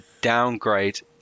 downgrade